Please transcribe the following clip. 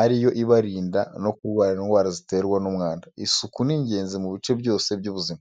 ari yo ibarinda no kurwara indwara ziterwa n'umwanda. Isuku ni ingezi mu bice byose by'ubuzima.